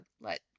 let